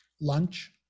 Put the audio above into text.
lunch